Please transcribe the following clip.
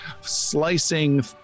slicing